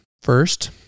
first